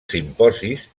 simposis